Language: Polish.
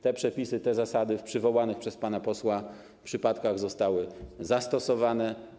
Te przepisy, te zasady w przywołanych przez pana posła przypadkach zostały zastosowane.